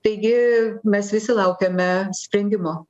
taigi mes visi laukiame sprendimo